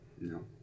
No